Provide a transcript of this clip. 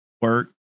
work